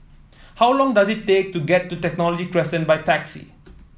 how long does it take to get to Technology Crescent by taxi